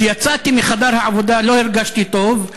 כשיצאתי מחדר העבודה לא הרגשתי טוב.